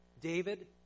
David